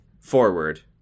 Forward